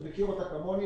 ואתה מכיר אותה כמוני,